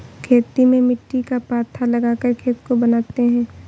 खेती में मिट्टी को पाथा लगाकर खेत को बनाते हैं?